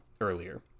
earlier